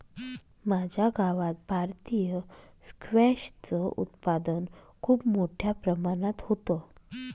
माझ्या गावात भारतीय स्क्वॅश च उत्पादन खूप मोठ्या प्रमाणात होतं